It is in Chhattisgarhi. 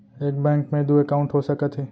एक बैंक में दू एकाउंट हो सकत हे?